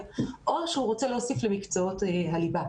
- או שהוא רוצה להוסיף למקצועות הליבה.